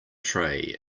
tray